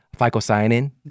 Phycocyanin